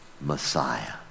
Messiah